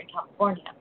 California